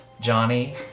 Johnny